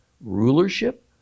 rulership